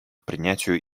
принятию